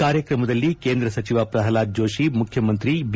ಕಾರ್ಯಕ್ರಮದಲ್ಲಿ ಕೇಂದ್ರ ಸಚಿವ ಪ್ರಹ್ಲಾದ್ ಜೋಶಿ ಮುಖ್ಯಮಂತ್ರಿ ಬಿ